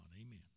Amen